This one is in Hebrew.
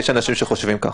יש אנשים שחושבים ככה.